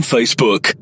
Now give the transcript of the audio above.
Facebook